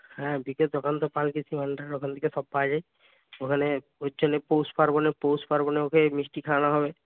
হ্যাঁ বিকের দোকান তো পাল কৃষিভাণ্ডার ওখান থেকে সব পাওয়া যায় ওখানে পৌষপার্বণে পৌষপার্বণে ওকে মিষ্টি খাওয়ানো হবে